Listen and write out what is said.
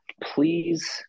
Please